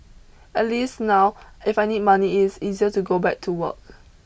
at least now if I need money it's easier to go back to work